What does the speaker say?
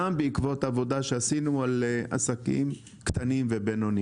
גם בעקבות עבודה שעשינו על עסקים קטנים ובינוניים.